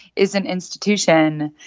is an institution.